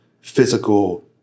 physical